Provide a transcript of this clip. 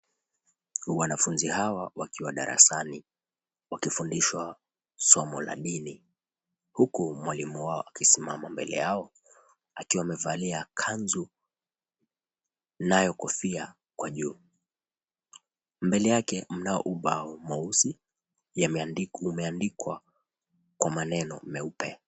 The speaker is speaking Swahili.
Wanafunzi hawa wakiwa darasani wakifundishwa somo la dini huku mwalimu wao akisimama mbeleyao akiwa amevalia kanzu inayo kofia kwa juu. Mbele yake mna ubao mweusi umeandikwa kwa maneno meupe.